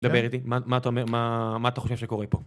דבר איתי, מה אתה אומר, מה אתה חושב שקורה פה?